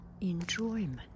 enjoyment